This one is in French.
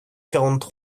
quarante